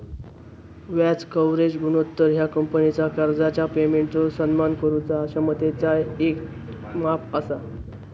व्याज कव्हरेज गुणोत्तर ह्या कंपनीचा कर्जाच्या पेमेंटचो सन्मान करुचा क्षमतेचा येक माप असा